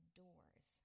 doors